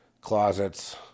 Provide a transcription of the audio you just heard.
closets